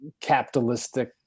capitalistic